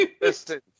Listen